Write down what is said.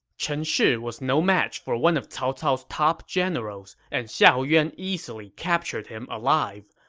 chen shi was no match for one of cao cao's top generals, and xiahou yuan easily captured him alive.